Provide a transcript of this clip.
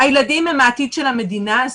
הילדים הם העתיד של המדינה הזאת,